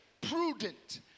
prudent